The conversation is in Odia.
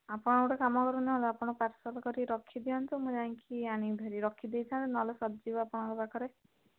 ଆପଣ ଗୋଟେ କାମ କରନ୍ତୁ ନହେଲେ ଆପଣ ପାର୍ସଲ୍ କରିକି ରଖିଦିଅନ୍ତୁ ମୁଁ ଯାଇକି ଆଣିବି ହେରି ରଖିଦେଇଥାଅ ନହେଲେ ସରିଯିବ ଆପଣଙ୍କ ପାଖରେ